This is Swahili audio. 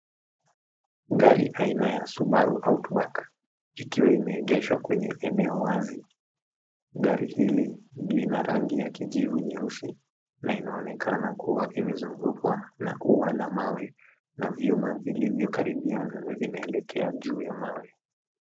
Gari aina ya Subaru outback ikiwa imeegeshwa kwenye eneo wazi. Gari hili lina rangi ya kijivu nyeusi na inaonekana kuwa imezungukwa na ua la mawe na vyuma vilivyo karibiana na vinaelekea juu ya mawe.